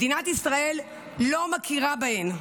מדינת ישראל לא מכירה בהן.